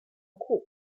资料库